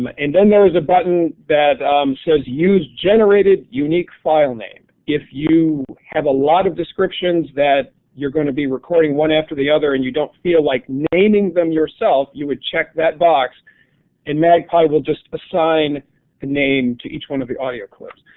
um ah and then there's a button that says use generated unique file name. if you have a lot of descriptions that you're going to be recording one after the other and you don't feel like naming them yourself, you would check that box and magpie will just assign name to each one of the audio clips.